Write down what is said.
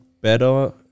better